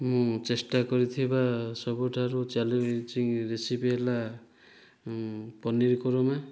ମୁଁ ଚେଷ୍ଟା କରିଥିବା ସବୁଠାରୁ ଚ୍ୟାଲେଞ୍ଜିଂ ରେସିପି ହେଲା ପନିର କୁରମା